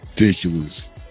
ridiculous